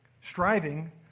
striving